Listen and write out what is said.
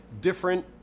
different